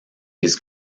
his